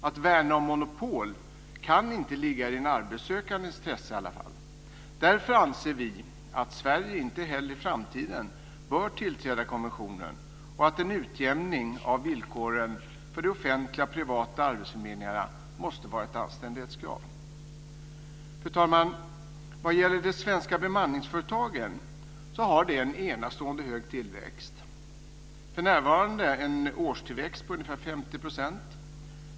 Att värna om monopol kan i alla fall inte ligga i den arbetssökandes intresse. Därför anser vi att Sverige inte heller i framtiden bör tillträda konventionen och att en utjämning av villkoren för de offentliga och privata arbetsförmedlingarna måste vara ett anständighetskrav. Fru talman! De svenska bemanningsföretagen har en enastående hög tillväxt. För närvarande har de en årstillväxt på ungefär 50 %.